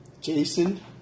Jason